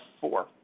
four